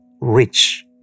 rich